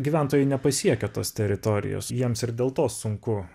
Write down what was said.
gyventojų nepasiekia tos teritorijos jiems ir dėl to sunku